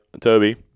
toby